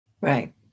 right